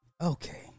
Okay